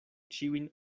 ĉiujn